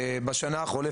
בשנה החולפת,